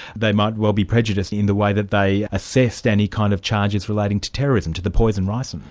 they might well be prejudiced in the way that they assessed any kind of charges relating to terrorism, to the poison rice and